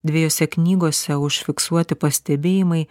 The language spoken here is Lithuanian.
dvejose knygose užfiksuoti pastebėjimai